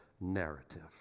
narrative